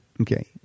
Okay